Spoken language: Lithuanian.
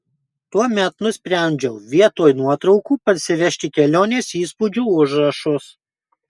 tuomet nusprendžiau vietoj nuotraukų parsivežti kelionės įspūdžių užrašus